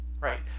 right